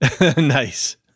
Nice